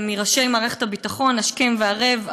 מראשי מערכת הביטחון השכם והערב,